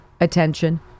attention